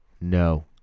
No